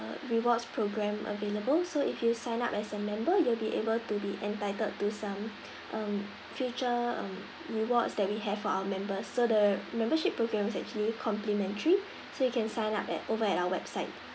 rewards program available so if you sign up as a member you'll be able to be entitled to some um future um rewards that we have for our members so the membership program is actually complimentary so you can sign up at over at our website